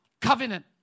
covenant